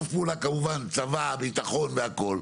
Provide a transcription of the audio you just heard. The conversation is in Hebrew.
צבא, ביטחון והכול,